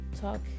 talk